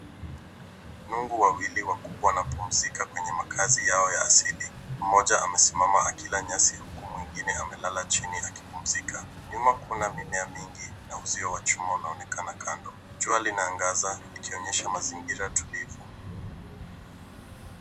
Nungu wawili wakubwa wanapumzika kwenye makazi yao ya asili. Mmoja amesimama akilanyasi huku mwengine akiwa amelala chini akipumzika. Nyuma kuna mimea mingi na uzio wa chuma unaonekana kando. Jua linaangaza likionyesha mazingira tulivu.